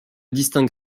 distingue